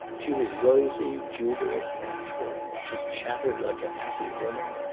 she was rosy, jubilant, natural, she chattered like a happy woman.